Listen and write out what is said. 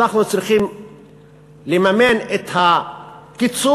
אנחנו צריכים לממן את הקיצוץ